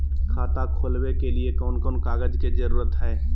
खाता खोलवे के लिए कौन कौन कागज के जरूरत है?